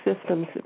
systems